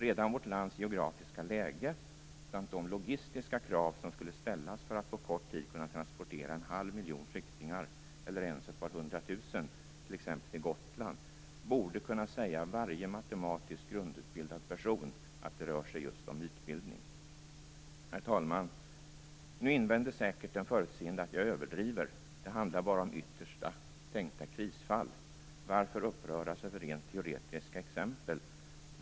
Redan vårt lands geografiska läge, samt de logistiska krav som skulle ställas för att på kort tid kunna transportera en halv miljon flyktingar eller ens ett par hundra tusen till t.ex. Gotland, borde kunna säga varje matematiskt grundutbildad person att det rör sig just om mytbildning. Herr talman! Nu invänder säkert den förutseende att jag överdriver. Det handlar bara om yttersta tänkta krisfall. Varför uppröras över rent teoretiska exempel?